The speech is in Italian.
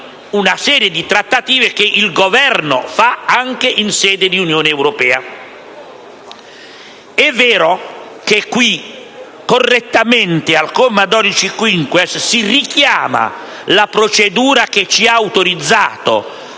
È vero che qui, correttamente, al comma 12‑*quinquies*, si richiama la procedura che ci ha autorizzato